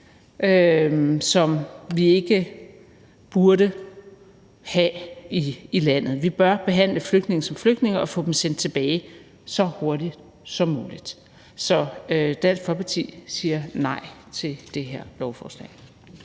som vi ikke burde have i landet. Vi bør behandle flygtninge som flygtninge og få dem sendt tilbage så hurtigt som muligt. Så Dansk Folkeparti siger nej til det her lovforslag.